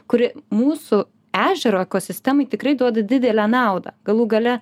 kuri mūsų ežero ekosistemai tikrai duoda didelę naudą galų gale